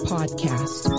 Podcast